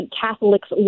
Catholics